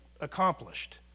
accomplished